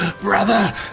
Brother